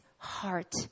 heart